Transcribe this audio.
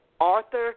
Arthur